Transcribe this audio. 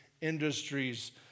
industries